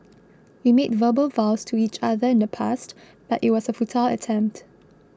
we made verbal vows to each other in the past but it was a futile attempt